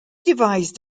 devised